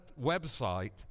website